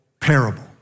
parable